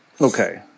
Okay